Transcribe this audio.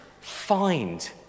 find